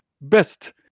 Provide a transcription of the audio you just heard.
best